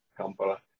Kampala